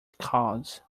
cause